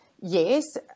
yes